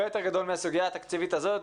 יותר גדול מן הסוגיה התקציבית הזאת.